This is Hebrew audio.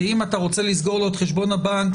כי אם אתה רוצה לסגור לו את חשבון הבנק,